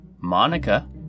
Monica